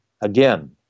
again